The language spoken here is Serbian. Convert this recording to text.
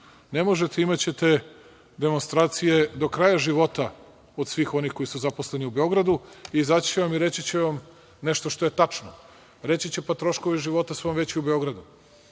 Ne možete, imaćete demonstracije do kraja života od svih onih koji su zaposleni u Beogradu, i izaći će i reći će vam nešto što je tačno. Reći će, pa troškovi života su vam veći u Beogradu.